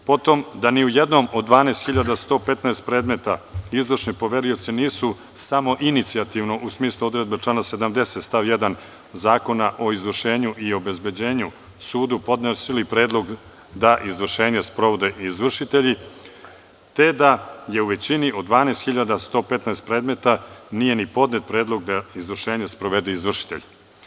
Potom, da ni u jednom od 12.115 predmeta izvršni poverioci nisu samoinicijativno, u smislu odredbe člana 70. stav 1. Zakona o izvršenju i obezbeđenju, suda podnosili predlog da izvršenje sprovode izvršitelji, te da u većini od 12.115 predmeta nije ni podnet predlog da izvršenje sprovede izvršitelj.